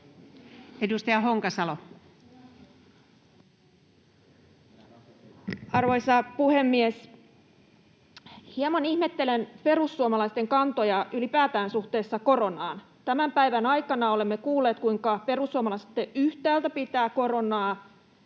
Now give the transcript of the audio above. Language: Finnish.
15:43 Content: Arvoisa puhemies! Hieman ihmettelen perussuomalaisten kantoja ylipäätään suhteessa koronaan. Tämän päivän aikana olemme kuulleet, kuinka perussuomalaiset yhtäältä pitävät koronaa